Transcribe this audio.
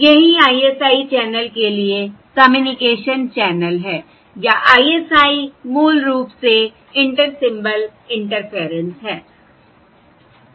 यही ISI channel के लिए कम्युनिकेशन चैनल है या ISI मूल रूप से इंटर सिंबल इंटरफेयरेंस है